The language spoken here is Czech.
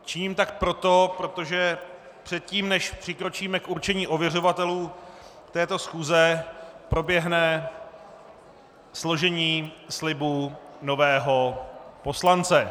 Činím tak proto, že předtím, než přikročíme k určení ověřovatelů této schůze, proběhne složení slibu nového poslance.